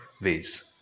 ways